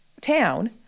town